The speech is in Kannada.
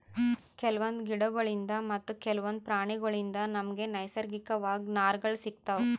ಕೆಲವೊಂದ್ ಗಿಡಗೋಳ್ಳಿನ್ದ್ ಮತ್ತ್ ಕೆಲವೊಂದ್ ಪ್ರಾಣಿಗೋಳ್ಳಿನ್ದ್ ನಮ್ಗ್ ನೈಸರ್ಗಿಕವಾಗ್ ನಾರ್ಗಳ್ ಸಿಗತಾವ್